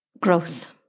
growth